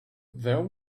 there